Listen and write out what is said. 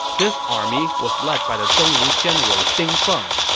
this army was led by the dongwu general ding feng.